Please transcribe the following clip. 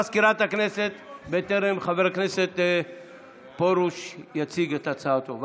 מזכירת הכנסת בטרם חבר הכנסת פרוש יציג את הצעתו.